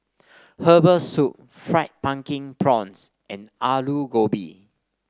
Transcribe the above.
Herbal Soup Fried Pumpkin Prawns and Aloo Gobi